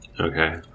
Okay